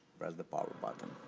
press the power button.